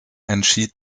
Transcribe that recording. entschied